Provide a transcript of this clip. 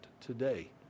today